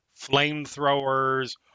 flamethrowers